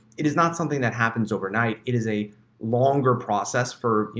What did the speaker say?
it is not something that happens overnight. it is a longer process, for, you